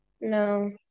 no